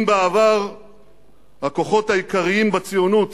אם בעבר הכוחות העיקריים בציונות